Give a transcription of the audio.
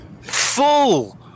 full